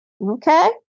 Okay